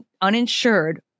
uninsured